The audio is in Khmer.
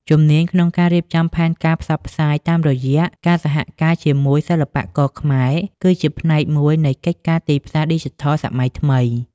ជំនាញក្នុងការរៀបចំផែនការផ្សព្វផ្សាយតាមរយៈការសហការជាមួយសិល្បករខ្មែរ គឺជាផ្នែកមួយនៃកិច្ចការទីផ្សារឌីជីថលសម័យថ្មី។